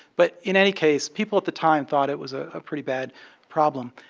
but in any case, people at the time thought it was a ah pretty bad problem.